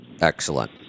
excellent